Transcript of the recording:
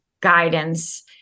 guidance